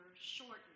shortened